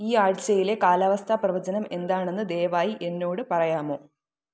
ഈ ആഴ്ചയിലെ കാലാവസ്ഥാപ്രവചനം എന്താണെന്ന് ദയവായി എന്നോട് പറയാമോ